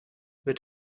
wird